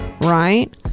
Right